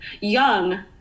young